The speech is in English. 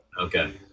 Okay